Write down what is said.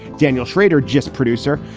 daniel shrader, just producer,